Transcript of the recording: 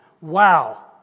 Wow